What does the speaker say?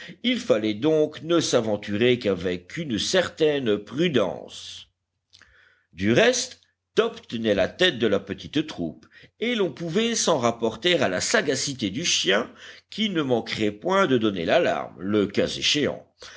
il fallait donc ne s'aventurer qu'avec une certaine prudence du reste top tenait la tête de la petite troupe et l'on pouvait s'en rapporter à la sagacité du chien qui ne manquerait point de donner l'alarme le cas échéant